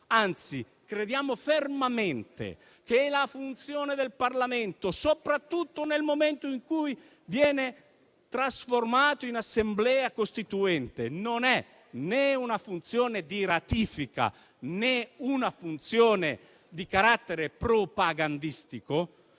anzi crediamo fermamente che la funzione del Parlamento, soprattutto nel momento in cui viene trasformato in Assemblea costituente, non è né di ratifica né di carattere propagandistico;